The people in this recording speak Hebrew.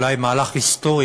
אולי מהלך היסטורי,